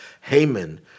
Haman